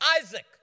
Isaac